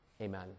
Amen